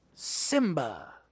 Simba